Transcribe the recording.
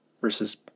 versus